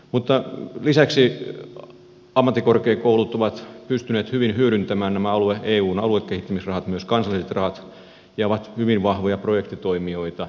mutta lisäksi ammattikorkeakoulut ovat pystyneet hyvin hyödyntämään nämä eun aluekehittämisrahat myös kansalliset rahat ja ovat hyvin vahvoja projektitoimijoita